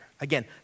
Again